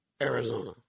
Arizona